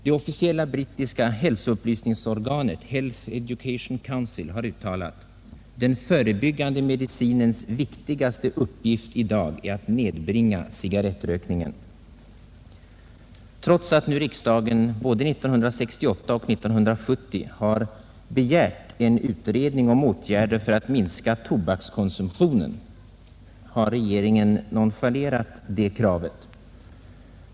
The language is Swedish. Det officiella brittiska hälsoupplysningsorganet Health Education Council har uttalat följande: ”Den förebyggande medicinens viktigaste uppgift i dag är att nedbringa cigarrettrökningen.” Trots att riksdagen både 1968 och 1970 har begärt en utredning om åtgärder för att minska tobakskonsumtionen, har regeringen nonchalerat detta krav.